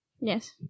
Yes